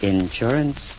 Insurance